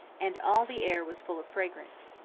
and all the air was full of fragrance.